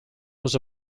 was